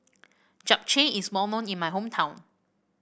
Japchae is known in my hometown